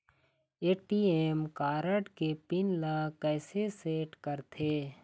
ATM card के pin ला कैसे सेट करथे?